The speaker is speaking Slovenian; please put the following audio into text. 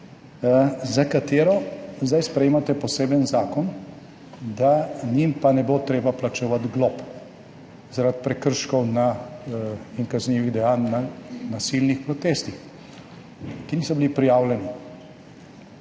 za katero zdaj sprejemate poseben zakon, da njim pa ne bo treba plačevati glob zaradi prekrškov in kaznivih dejanj na nasilnih protestih, ki niso bili prijavljeni.